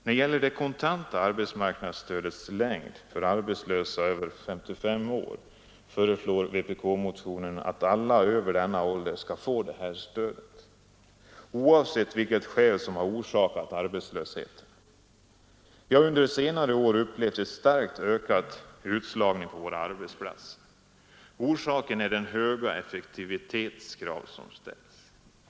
När det gäller det kontanta arbetsmarknadsstödets längd för arbetslösa över 55 år föreslår vpk-motionen att alla över denna ålder skall få detta stöd, oavsett vilket skäl som orsakat arbetslösheten. Vi har under senare år upplevt en starkt ökad utslagning på våra arbetsplatser. Orsaken är de höga effektivitetskrav som ställs.